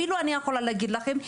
אפילו אני יכולה להגיד לכם.